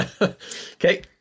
Okay